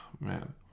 man